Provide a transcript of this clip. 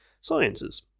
sciences